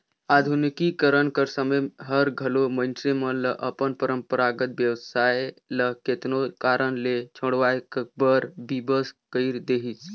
आधुनिकीकरन कर समें हर घलो मइनसे मन ल अपन परंपरागत बेवसाय ल केतनो कारन ले छोंड़वाए बर बिबस कइर देहिस